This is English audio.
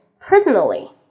personally